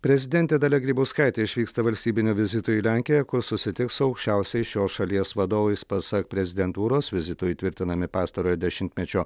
prezidentė dalia grybauskaitė išvyksta valstybinio vizito į lenkiją kur susitiks su aukščiausiais šios šalies vadovais pasak prezidentūros vizitu įtvirtinami pastarojo dešimtmečio